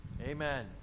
Amen